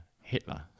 Hitler